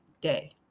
day